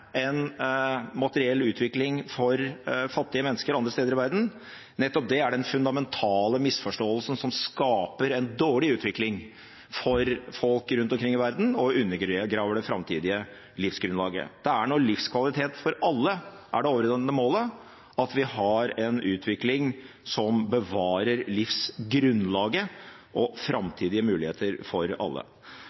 en materiell utvikling for fattige mennesker andre steder i verden, er den fundamentale misforståelsen som skaper en dårlig utvikling for folk rundt omkring i verden, og undergraver det framtidige livsgrunnlaget. Det er når livskvalitet for alle er det overordnede målet at vi har en utvikling som bevarer livsgrunnlaget og framtidige muligheter for alle.